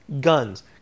guns